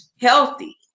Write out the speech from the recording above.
healthy